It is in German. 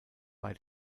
bei